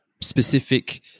specific